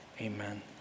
amen